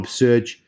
search